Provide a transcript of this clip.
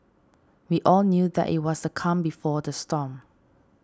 we all knew that it was the calm before the storm